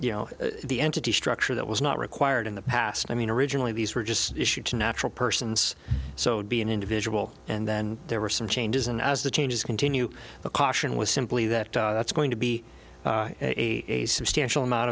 you know the entity structure that was not required in the past i mean originally these were just issued to natural persons so be an individual and then there were some changes and as the changes continue the caution was simply that that's going to be a substantial amount